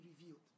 revealed